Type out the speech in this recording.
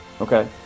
Okay